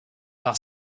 par